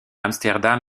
amsterdam